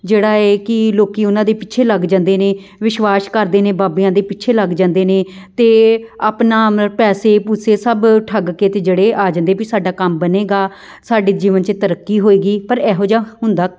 ਜਿਹੜਾ ਇਹ ਕਿ ਲੋਕ ਉਹਨਾਂ ਦੇ ਪਿੱਛੇ ਲੱਗ ਜਾਂਦੇ ਨੇ ਵਿਸ਼ਵਾਸ ਕਰਦੇ ਨੇ ਬਾਬਿਆਂ ਦੇ ਪਿੱਛੇ ਲੱਗ ਜਾਂਦੇ ਨੇ ਅਤੇ ਆਪਣਾ ਮਲ ਪੈਸੇ ਪੂਸੇ ਸਭ ਠੱਗ ਕੇ ਅਤੇ ਜਿਹੜੇ ਆ ਜਾਂਦੇ ਵੀ ਸਾਡਾ ਕੰਮ ਬਣੇਗਾ ਸਾਡੇ ਜੀਵਨ 'ਚ ਤਰੱਕੀ ਹੋਵੇਗੀ ਪਰ ਇਹੋ ਜਿਹਾ ਹੁੰਦਾ